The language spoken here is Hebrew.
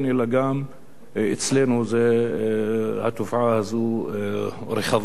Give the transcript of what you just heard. אלא גם אצלנו התופעה הזו רחבה.